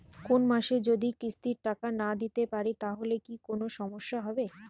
কোনমাসে যদি কিস্তির টাকা না দিতে পারি তাহলে কি কোন সমস্যা হবে?